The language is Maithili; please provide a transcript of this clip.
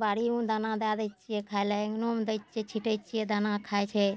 बाड़िओमे दाना दए दै छिए खाइ ले अङ्गनोमे दै छिए छिटै छिए दाना खाइ छै